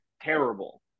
terrible